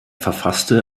verfasste